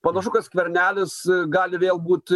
panašu kad skvernelis gali vėl būt